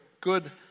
good